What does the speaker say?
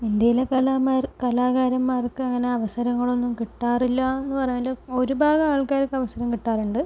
ഇന്ത്യയിലെ കലാകാരന്മാർക്ക് അങ്ങനെ അവസരങ്ങളൊന്നും കിട്ടാറില്ല എന്നു പറഞ്ഞാൽ ഒരു ഭാഗം ആൾക്കാർക്ക് അവസരം കിട്ടാറുണ്ട്